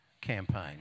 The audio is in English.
campaign